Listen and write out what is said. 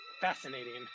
fascinating